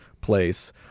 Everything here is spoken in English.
place